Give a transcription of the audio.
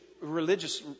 Religious